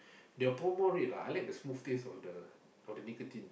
the Pall Mall Red ah I like the smooth taste of the nicotine